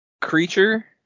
creature